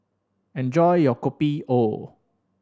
enjoy your Kopi O